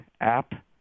app